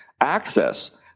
access